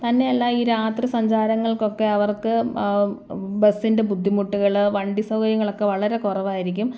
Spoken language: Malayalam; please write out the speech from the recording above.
തന്നെയല്ല ഈ രാത്രി സഞ്ചാരങ്ങൾക്കൊക്കെ അവർക്ക് ബസ്സിൻ്റെ ബുദ്ധിമുട്ടുകൾ വണ്ടി സൗകര്യങ്ങളൊക്കെ വളരെ കുറവായിരിക്കും